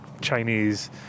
Chinese